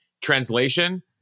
Translation